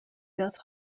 death